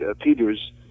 Peter's